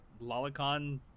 lolicon